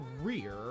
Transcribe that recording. rear